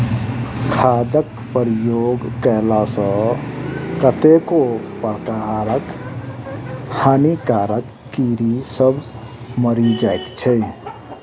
खादक प्रयोग कएला सॅ कतेको प्रकारक हानिकारक कीड़ी सभ मरि जाइत छै